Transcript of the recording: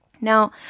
Now